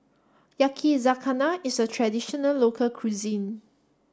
Yakizakana is a traditional local cuisine